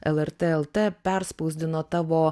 lrt lt perspausdino tavo